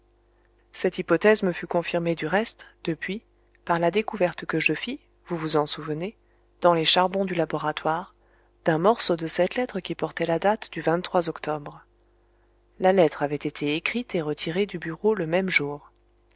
cette hypothèse me fut confirmée du reste depuis par la découverte que je fis vous vous en souvenez dans les charbons du laboratoire d'un morceau de cette lettre qui portait la date du octobre la lettre avait été écrite et retirée du bureau le même jour